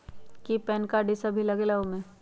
कि PAN card इ सब भी लगेगा वो में?